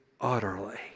Utterly